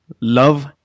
love